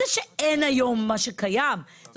עזבי את זה שאין היום מה שקיים זה